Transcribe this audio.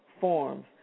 forms